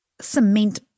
cement